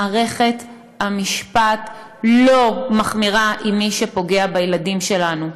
מערכת המשפט לא מחמירה עם מי שפוגע בילדים שלנו,